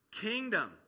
Kingdom